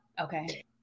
okay